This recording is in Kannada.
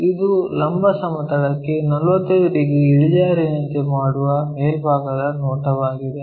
ಇದು ಲಂಬ ಸಮತಲಕ್ಕೆ 45 ಡಿಗ್ರಿ ಇಳಿಜಾರಿನಂತೆ ಮಾಡುವ ಮೇಲ್ಭಾಗದ ನೋಟವಾಗಿದೆ